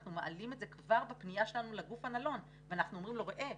אנחנו מעלים את זה כבר בפנייה שלנו לגוף הנלון ואנחנו אומרים לו: ראה,